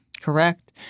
Correct